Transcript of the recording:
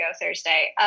Thursday